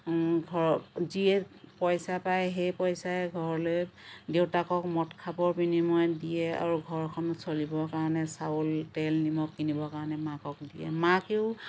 ঘৰৰ যিয়ে পইচা পাই সেই পইচাৰে ঘৰলৈ দেউতাকক মদ খাবৰ বিনিময়ত দিয়ে আৰু ঘৰখন চলিবৰ কাৰণে চাউল তেল নিমখ কিনিবৰ কাৰণে মাকক দিয়ে মাকেও